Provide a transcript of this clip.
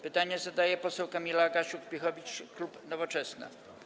Pytanie zadaje poseł Kamila Gasiuk-Pihowicz, klub Nowoczesna.